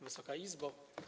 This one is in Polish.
Wysoka Izbo!